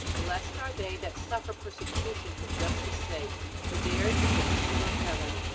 blessed are they that suffer persecution for justice sake, for theirs is the kingdom of heaven.